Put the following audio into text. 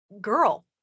girl